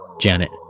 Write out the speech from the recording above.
Janet